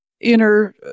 inner